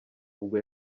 ubwo